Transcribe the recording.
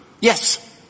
Yes